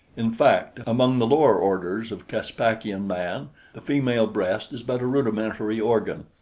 in fact, among the lower orders of caspakian man the female breast is but a rudimentary organ,